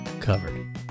covered